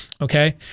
Okay